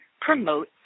promote